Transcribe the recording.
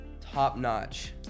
top-notch